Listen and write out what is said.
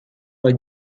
her